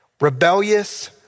rebellious